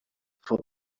for